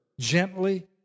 Gently